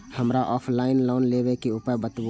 हमरा offline loan लेबे के उपाय बतबु?